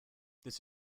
this